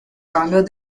cambios